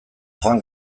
joan